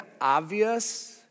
obvious